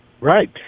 Right